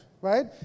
right